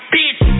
Bitch